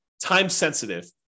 time-sensitive